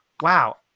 wow